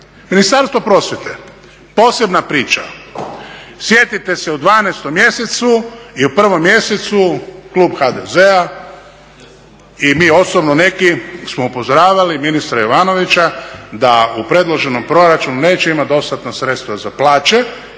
Ministarstvo prosvjete posebna priča. Sjetite se u 12 mjesecu i u 1 mjesecu klub HDZ-a i mi osobno neki smo upozoravali ministra Jovanovića da u predloženom proračunu neće imati dostatna sredstva za plaće